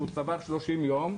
שהוא צבר 30 יום.